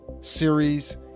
series